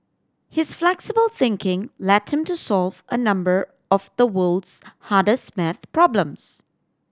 his flexible thinking led him to solve a number of the world's hardest maths problems